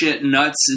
nuts